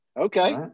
Okay